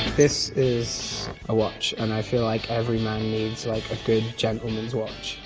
this is a watch, and i feel like every man needs like, a good gentleman's watch.